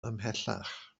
ymhellach